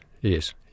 yes